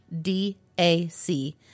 DAC